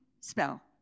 spell